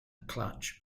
clutch